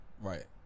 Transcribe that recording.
Right